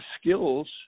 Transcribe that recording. skills